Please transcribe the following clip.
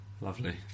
Lovely